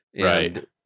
right